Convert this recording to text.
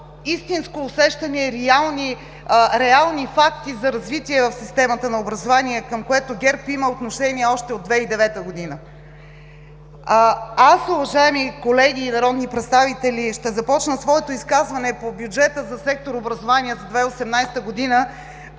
истинско усещане и реални факти за развитие в системата на образование, към което ГЕРБ има отношение още от 2009 г. Аз, уважаеми колеги народни представители, ще започна своето изказване по Бюджета за 2018 г. за